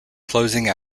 closing